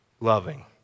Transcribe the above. loving